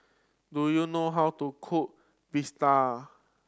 do you know how to cook bistake